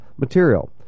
material